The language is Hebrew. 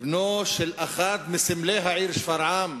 בנו של אחד מסמלי העיר שפרעם,